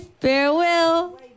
Farewell